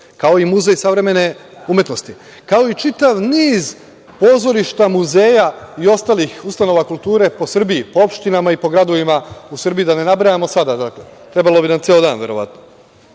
kao i Muzej savremene umetnosti, kao i čitav niz pozorišta, muzeja i ostalih ustanova kulture po Srbiji, po opštinama i po gradovima u Srbiji, da ne nabrajam sada, dakle, trebao bi nam ceo dan, verovatno. Podsetiću